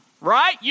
right